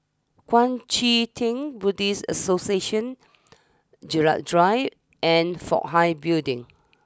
Kuang Chee Tng Buddhist Association Gerald Drive and Fook Hai Building